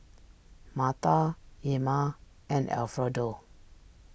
Martha Ilma and Alfredo